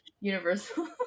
universal